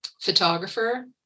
photographer